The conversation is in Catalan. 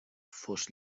fos